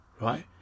right